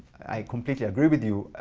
i completely agree with you.